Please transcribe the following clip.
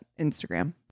Instagram